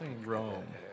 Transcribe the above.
Rome